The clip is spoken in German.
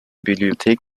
bibliothek